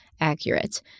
accurate